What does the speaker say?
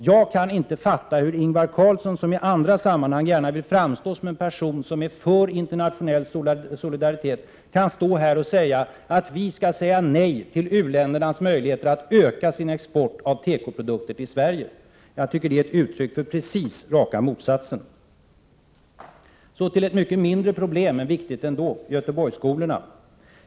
Jag kan inte fatta hur Ingvar Carlsson, som i andra sammanhang gärna vill framstå som en person som är för internationell solidaritet, kan stå här och säga att vi skall säga nej till u-ländernas möjligheter att öka sin export av tekoprodukter till Sverige. Jag tycker det är ett uttryck för precis raka motsatsen. Så till ett mycket mindre problem, som ändå är viktigt: Göteborgsskolorna.